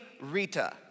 Rita